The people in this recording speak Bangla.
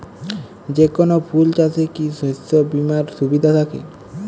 যেকোন ফুল চাষে কি শস্য বিমার সুবিধা থাকে?